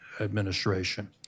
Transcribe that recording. administration